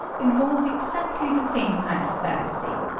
involve exactly the same kind of fallacy.